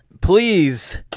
please